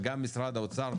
וגם משרד האוצר,